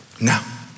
Now